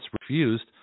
refused